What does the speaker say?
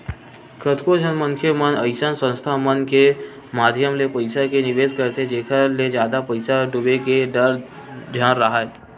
कतको झन मनखे मन अइसन संस्था मन के माधियम ले पइसा के निवेस करथे जेखर ले जादा पइसा डूबे के डर झन राहय